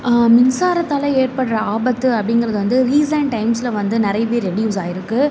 மின்சாரத்தால் ஏற்படுகிற ஆபத்து அப்படிங்கிறது வந்து ரீசென்ட் டைம்ஸில் வந்து நிறையவே ரெட்யூஸ் ஆயிருக்கு